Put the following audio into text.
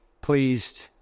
pleased